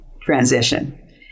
transition